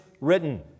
written